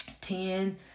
Ten